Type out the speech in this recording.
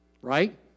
right